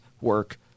work